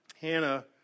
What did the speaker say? Hannah